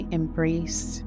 embrace